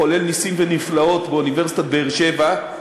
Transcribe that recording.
חולל נסים ונפלאות באוניברסיטת באר-שבע,